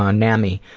ah nami.